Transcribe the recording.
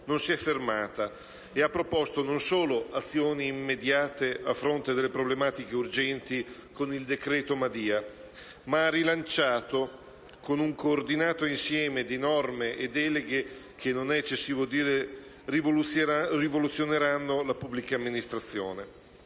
non si è fermata e non solo ha proposto azioni immediate a fronte di problematiche urgenti con il decreto Madia, ma ha anche rilanciato un coordinato insieme di norme e deleghe che non è eccessivo dire che rivoluzioneranno la pubblica amministrazione.